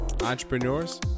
entrepreneurs